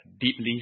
deeply